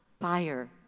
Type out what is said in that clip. fire